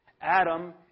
Adam